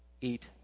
eat